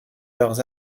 leurs